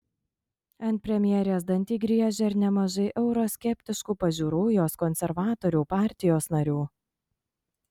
ant premjerės dantį griežia ir nemažai euroskeptiškų pažiūrų jos konservatorių partijos narių